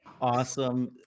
Awesome